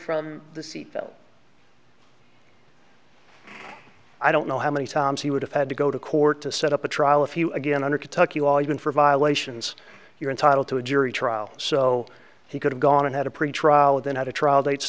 from the seatbelt i don't know how many times he would have had to go to court to set up a trial if you again under kentucky all even for violations you're entitled to a jury trial so he could have gone and had a pretrial with another trial date